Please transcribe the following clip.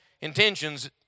intentions